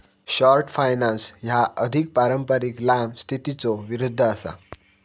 short finance ह्या अधिक पारंपारिक लांब स्थितीच्यो विरुद्ध असा